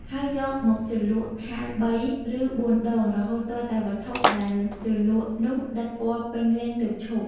ហើយយកមកជ្រលក់ហាលបី ឬបួនដង រហូតទាល់តែវត្ថុដែលជ្រលក់នោះដិតពណ៌ពេញលេញទើបឈប់។